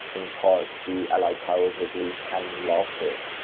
in part, the allied powers at least hadn't lost it.